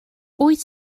wyt